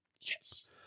yes